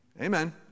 Amen